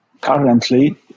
currently